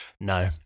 No